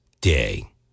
Day